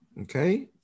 Okay